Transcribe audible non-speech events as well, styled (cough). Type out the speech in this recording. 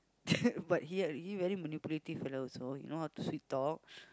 (breath) but he ah he very manipulative fellow also he know how to sweet talk